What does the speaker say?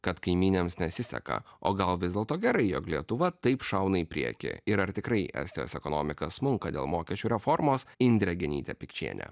kad kaimynėms nesiseka o gal vis dėlto gerai jog lietuva taip šauna į priekį ir ar tikrai estijos ekonomika smunka dėl mokesčių reformos indrė genytė pikčienė